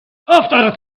after